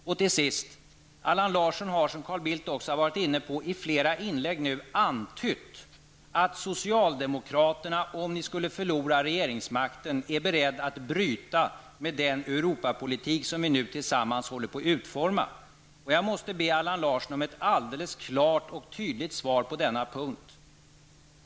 För det andra: Allan Larsson har, som Carl Bildt också varit inne på, i flera inlägg antytt att socialdemokraterna, om de skulle förlora regeringsmakten, är beredda att bryta med den Europapolitik som vi nu tillsammans håller på att utforma. Jag måste be Allan Larsson om ett alldeles klart och tydligt svar på denna punkt.